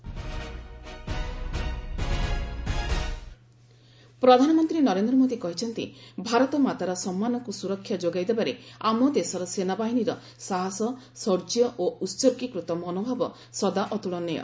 PM soldier ପ୍ରଧାନମନ୍ତ୍ରୀ ନରେନ୍ଦ୍ର ମୋଦି କହିଛନ୍ତି ଭାରତମାତାର ସମ୍ମାନକୁ ସୁରକ୍ଷା ଯୋଗାଇ ଦେବାରେ ଆମ ଦେଶର ସେନାବାହିନୀର ସାହସ ଶୌର୍ଯ୍ୟ ଓ ଉତ୍ଗୀକୃତ ମନୋଭାବ ସଦା ଅତୁଳନୀୟ